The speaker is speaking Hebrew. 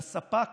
לספק